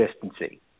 consistency